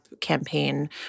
campaign